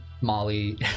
Molly